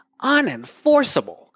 Unenforceable